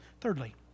Thirdly